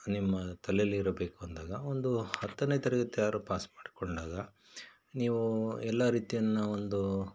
ನಿಮ್ಮ ತಲೇಲಿ ಇರಬೇಕು ಅಂದಾಗ ಒಂದು ಹತ್ತನೆ ತರಗತಿಯಾದ್ರು ಪಾಸ್ ಮಾಡಿಕೊಂಡಾಗ ನೀವು ಎಲ್ಲ ರೀತಿಯನ್ನು ಒಂದು